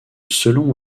selon